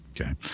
Okay